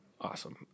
Awesome